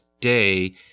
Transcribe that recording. day